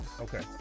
Okay